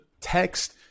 text